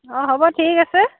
অঁ হ'ব ঠিক আছে